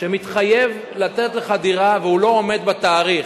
שמתחייב לתת לך דירה והוא לא עומד בתאריך,